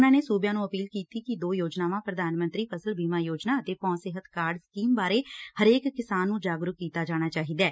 ਉਨ੍ਹਾਂ ਨੇ ਸੂਬਿਆਂ ਨੂੰ ਅਪੀਲ ਕੀਤੀ ਕਿ ਦੋ ਯੋਜਨਾਵਾਂ ਪ੍ਰਧਾਨ ਮੰਤਰੀ ਫਸਲ ਬੀਮਾ ਯੋਜਨਾ ਅਤੇ ਭੌਂ ਸਿਹਤ ਕਾਰਡ ਸਕੀਮ ਬਾਰੇ ਹਰੇਕ ਕਿਸਾਨ ਨੂੰ ਜਾਗਰੂਕ ਕੀਤਾ ਜਾਣਾ ਚਾਹੀਦੈ